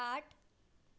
आठ